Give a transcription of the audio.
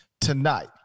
tonight